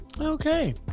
Okay